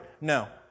No